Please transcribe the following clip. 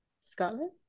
Scotland